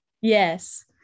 Yes